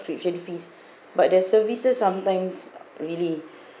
fees but their services sometimes really